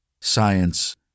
science